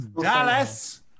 Dallas